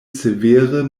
severe